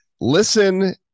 Listen